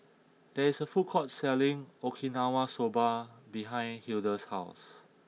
there is a food court selling Okinawa Soba behind Hilda's house